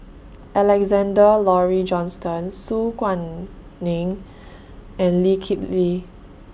Alexander Laurie Johnston Su Guaning and Lee Kip Lee